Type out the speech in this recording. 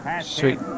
Sweet